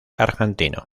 argentino